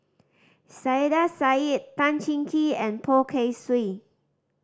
Saiedah Said Tan Cheng Kee and Poh Kay Swee